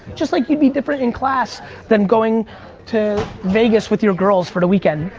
just like you'd be different in class than going to vegas with your girls for the weekend.